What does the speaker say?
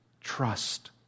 trust